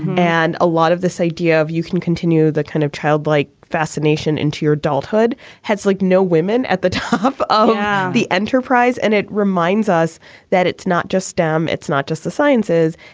and a lot of this idea of you can continue the kind of childlike fascination into your adulthood heads like no women at the top of the enterprise. and it reminds us that it's not just stem, it's not just the sciences.